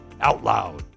OUTLOUD